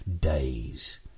days